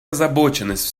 озабоченность